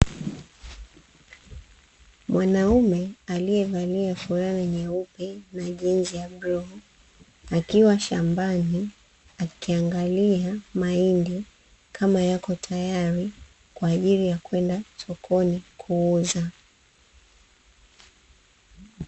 Mwanaume aliyevalia fulana nyeupe na jinzi ya bluu akiwa shambani, akiangalia mahindi kama yako tayari kwa ajili kwenda sokoni kuuza.